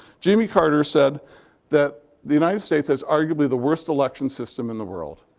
jimmy carter said that the united states has arguably the worst election system in the world.